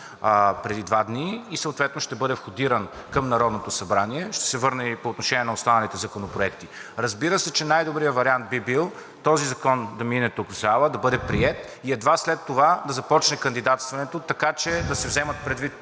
преди два дни и съответно ще бъде входиран към Народното събрание, ще се върна и по отношение и на останалите законопроекти. Разбира се, че най-добрият вариант би бил този закон да мине тук, в залата, да бъде приет и едва след това да започне кандидатстването, така че да се вземат предвид